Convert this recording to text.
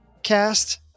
cast